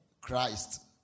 Christ